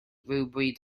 rhywbryd